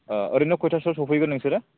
ओरैनो कयतासोआव सफैगोन नोंसोरो